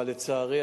אבל לצערי,